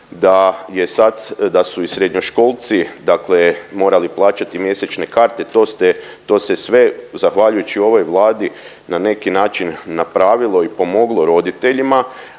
da su i srednjoškolci dakle morali plaćati mjesečne karte. To ste, to se sve zahvaljujući ovoj Vladi na neki način napravilo i pomoglo roditeljima,